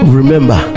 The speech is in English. remember